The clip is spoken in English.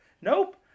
nope